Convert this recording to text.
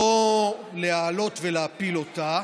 לא להעלות ולהפיל אותה